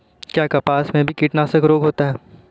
क्या कपास में भी कीटनाशक रोग होता है?